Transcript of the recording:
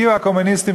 הגיעו הקומוניסטים,